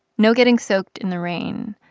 no getting soaked in the rain.